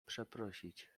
przeprosić